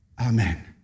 Amen